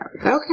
Okay